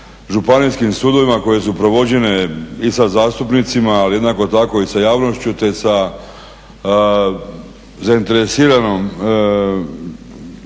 županijskim sudovima koje su provođene i sa zastupnicima, ali jednako tako i sa javnošću te sa zainteresiranom